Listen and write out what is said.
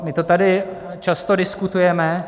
My to tady často diskutujeme.